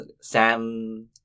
Sam